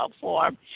form